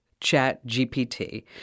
ChatGPT